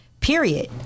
period